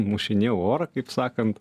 mušinėjau orą kaip sakant